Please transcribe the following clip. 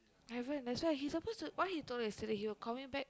haven't that's why he supposed to what he told yesterday he will call me back